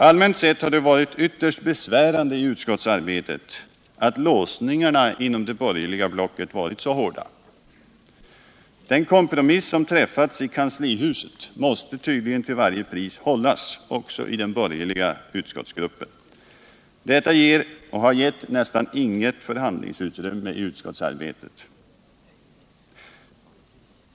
Allmänt sett har det varit ytterst besvärande i utskottsarbetet att låsningarna inom det borgerliga blocket varit så hårda. Den kompromiss som träffats i kanslihuset måste till varje pris hållas också i den borgerliga utskottsgruppen. Detta ger nästan inget förhandlingsutrymme i utskottsarbetet.